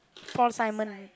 Paul-Simon